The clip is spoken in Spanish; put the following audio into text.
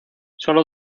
solo